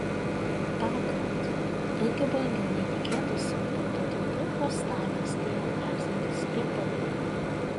tąkart irgi brangiau nei tikėtasi parduoti du uostamiestyje esantys sklypai